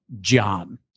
John